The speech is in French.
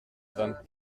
vingt